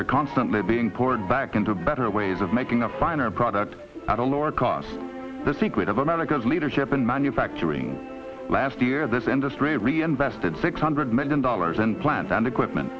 are constantly being poured back into better ways of making a finer product at a lower cost the secret of america's leadership in manufacturing last year this industry really invested six hundred million dollars and plant and equipment